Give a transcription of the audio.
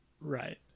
Right